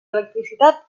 electricitat